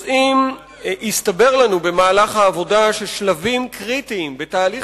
יסתבר לנו במהלך העבודה ששלבים קריטיים בתהליך